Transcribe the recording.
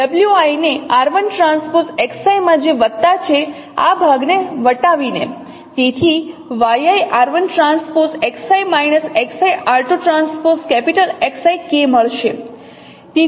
તેથી yi r1 transpose Xi minus Xi r2 transpose capital Xi k મળશે